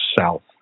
South